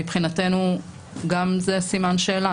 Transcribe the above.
מבחינתנו זה סימן שאלה.